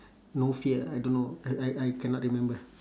no fear I don't know I I I cannot remember